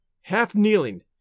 half-kneeling